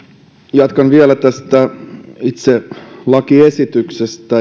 jatkan vielä itse lakiesityksestä